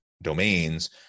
domains